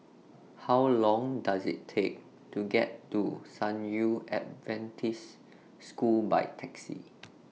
How Long Does IT Take to get to San Yu Adventist School By Taxi